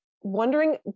wondering